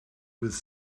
with